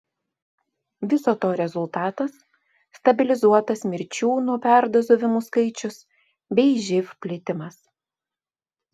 viso to rezultatas stabilizuotas mirčių nuo perdozavimų skaičius bei živ plitimas